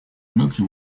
milky